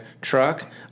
truck